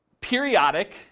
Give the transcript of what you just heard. periodic